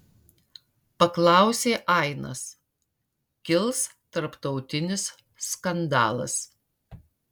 paklausė ainas kils tarptautinis skandalas